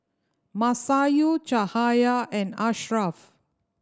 Masayu Cahaya and Ashraff